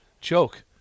Choke